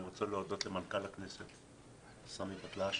אני רוצה להודות למנכ"ל הכנסת סמי בקלש